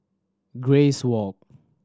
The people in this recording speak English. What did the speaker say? Grace Walk